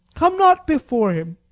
come not before him.